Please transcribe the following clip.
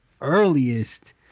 earliest